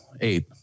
eight